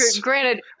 granted